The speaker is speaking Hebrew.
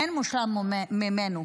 אין מושלם ממנו,